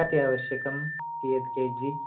कति आवश्यकं कियत् केजी